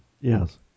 Yes